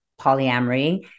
polyamory